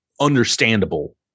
understandable